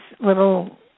little